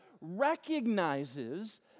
recognizes